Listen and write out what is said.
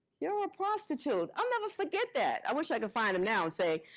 you're a prostitute. i'll never forget that. i wish i could find him now and say,